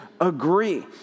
agree